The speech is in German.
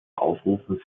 aufrufen